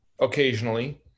occasionally